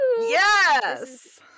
Yes